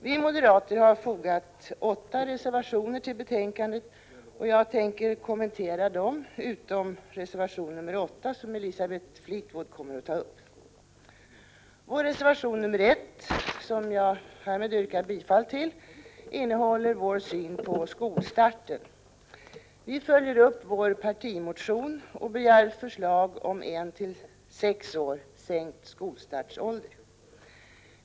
Vi moderater har fogat åtta reservationer till betänkandet, och jag skall nu kommentera dem — utom nr 8, som Elisabeth Fleetwood kommer att ta upp. Vår reservation nr 1, som jag härmed yrkar bifall till, innehåller vår syn på skolstarten. Vi följer upp vår partimotion och begär förslag om en till sex år sänkt skolstartsålder.